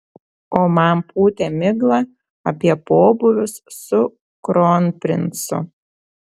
o man pūtė miglą apie pobūvius su kronprincu